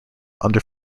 under